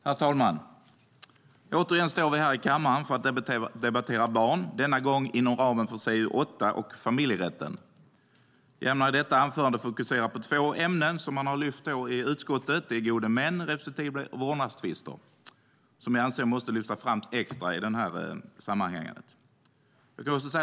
Herr talman! Återigen står vi här i kammaren för att debattera barn - denna gång inom ramen för CU8 och familjerätten. Jag ämnar i detta anförande fokusera på två ämnen som man har lyft fram i utskottet: gode män respektive vårdnadstvister. Jag anser att detta måste lyftas fram extra i sammanhanget.